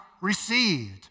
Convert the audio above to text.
received